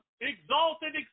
exalted